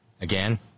again